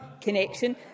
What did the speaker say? connection